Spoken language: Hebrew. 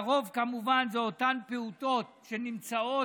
הרוב כמובן הם אותם פעוטות שנמצאים